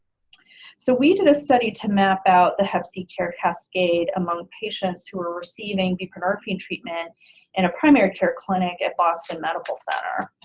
so we did a study to map out the hep c care cascade among patients who are receiving buprenorphine treatment in a primary care clinic at boston medical center,